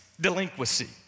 delinquency